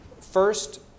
First